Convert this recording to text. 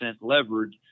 levered